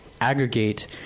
aggregate